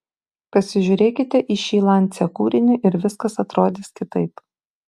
pasižiūrėkite į šį lancia kūrinį ir viskas atrodys kitaip